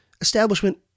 establishment